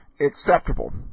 acceptable